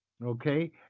okay